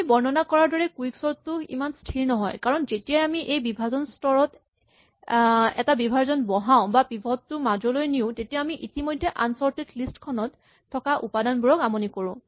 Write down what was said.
আমি বৰ্ণনা কৰাৰ দৰে কুইকচৰ্ট টো সিমান স্হিৰ নহয় কাৰণ যেতিয়াই আমি এই বিভাজন স্তৰত এটা বিভাজন বঢ়াও বা পিভট টো মাজলৈ নিয়ো তেতিয়া আমি ইতিমধ্যে আনচৰ্টেড লিষ্ট খনত থকা উপাদানবোৰক আমনি কৰো